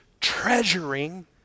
treasuring